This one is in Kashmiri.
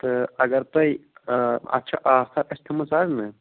تہٕ اگر تۄہہِ اَتھ چھِ آفر اَسہِ تھاومٕژ اَز نہٕ